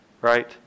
right